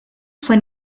fue